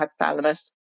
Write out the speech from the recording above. hypothalamus